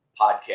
podcast